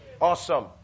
Awesome